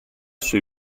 suoi